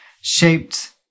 shaped